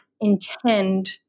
intend